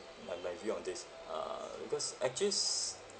my my view on this uh because actually